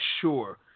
sure